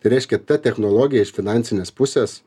reiškia ta technologija iš finansinės pusės